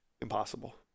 Impossible